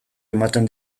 ematen